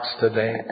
today